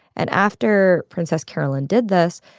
and after princess caroline did this,